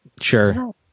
Sure